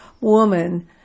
woman